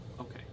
okay